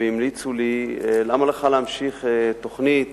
והמליצו לי: למה לך להמשיך בתוכנית